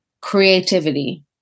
Creativity